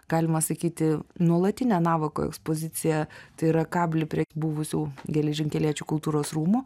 galima sakyti nuolatinę navako ekspoziciją tai yra kablį prie buvusių geležinkeliečių kultūros rūmų